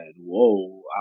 Whoa